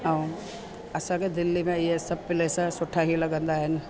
ऐं असांखे दिल्ली में इहे सभु प्लेस सुठा ई लॻंदा आहिनि